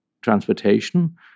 transportation